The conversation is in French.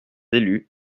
élus